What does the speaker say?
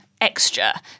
extra